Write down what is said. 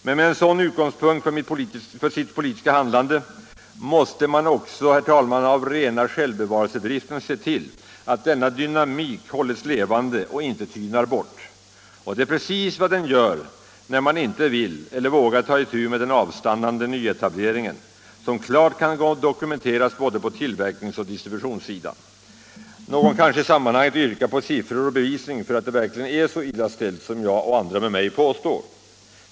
Men med en sådan utgångspunkt för sitt politiska handlande måste man också av rena självbevarelsedriften se till att denna dynamik hålls levande och inte tynar bort. Och det är precis vad den gör när man inte vill eller vågar ta itu med den avstannande nyetableringen, som klart kan dokumenteras både på tillverkningsoch distributionssidan. Någon kanske i sammanhanget yrkar på siffror som bevisning för att det verkligen är så illa ställt som jag och andra med mig påstår.